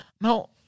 Now